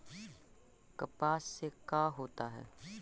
कपास से का होता है?